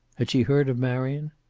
had she heard of marion?